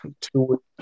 two